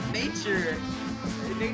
nature